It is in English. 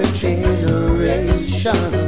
generation